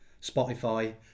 Spotify